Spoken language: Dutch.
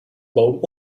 boom